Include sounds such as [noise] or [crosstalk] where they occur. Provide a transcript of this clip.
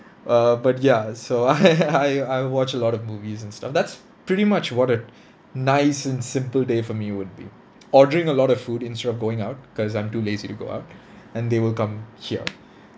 err but ya so I [laughs] I I watch a lot of movies and stuff that's pretty much what a nice and simple day for me would be ordering a lot of food instead of going out cause I'm too lazy to go out and they will come here